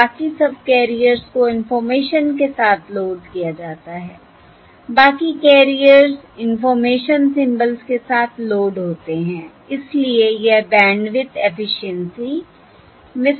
और बाकी सबकैरियर्स को इंफॉर्मेशन के साथ लोड किया जाता है बाकी कैरियर्स इंफॉर्मेशन सिंबल्स के साथ लोड होते हैं इसलिए यह बैंडविड्थ एफिशिएंसी में सुधार करता है